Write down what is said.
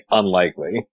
unlikely